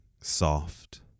soft